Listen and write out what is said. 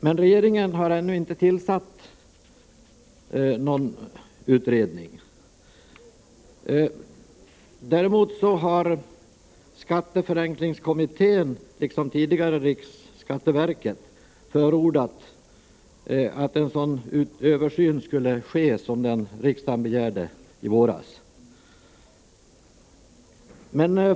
Men regeringen har ännu inte tillsatt någon utredning. Däremot har skatteförenklingskommittén, liksom tidigare riksskatteverket, förordat att en sådan översyn skulle ske som den riksdagen begärde förra året.